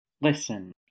Listen